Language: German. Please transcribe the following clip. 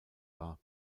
war